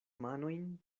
manojn